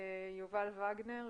יובל וגנר,